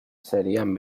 serían